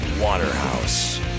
waterhouse